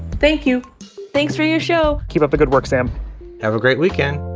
thank you thanks for your show keep up the good work, sam have a great weekend